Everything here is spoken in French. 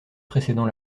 précédant